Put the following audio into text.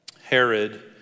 Herod